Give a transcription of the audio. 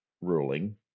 ruling